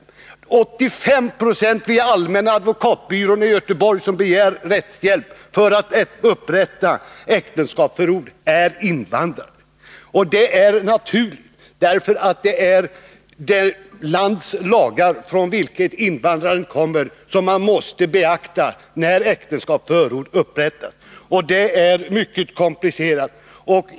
85 96 av dem som begär rättshjälp vid allmänna advokatbyrån i Göteborg för att upprätta äktenskapsförord är invandrare. Och det är naturligt, eftersom det är det lands lagar från vilket invandrarna kommer som man måste beakta när äktenskapsförord upprättas och det är mycket komplicerat.